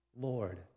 Lord